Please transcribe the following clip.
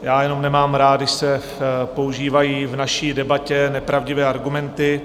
Já jenom nemám rád, když se používají v naší debatě nepravdivé argumenty.